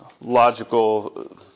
logical